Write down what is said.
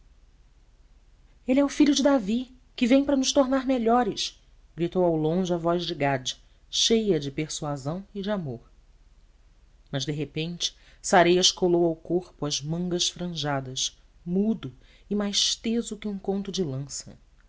ele é o filho de davi que vem para nos tornar melhores gritou ao longe a voz de gade cheia de persuasão e de amor mas de repente sareias colou ao corpo as mangas franjadas mudo e mais teso que um conto de lança